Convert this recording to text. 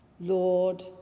Lord